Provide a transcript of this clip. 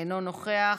אינו נוכח,